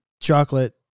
chocolate